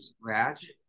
scratch